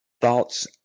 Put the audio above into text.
thoughts